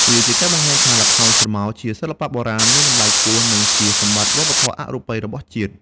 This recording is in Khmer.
វាជាការបង្ហាញថា ល្ខោនស្រមោលជាសិល្បៈបុរាណមានតម្លៃខ្ពស់ និងជាសម្បត្តិវប្បធម៌អរូបីរបស់ជាតិ។